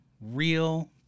real